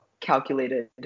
calculated